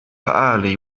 early